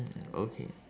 mm okay